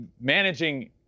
managing